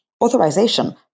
Authorization